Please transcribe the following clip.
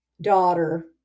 daughter